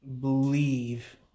believe